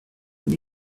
and